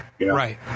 Right